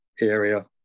area